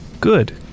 Good